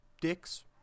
dicks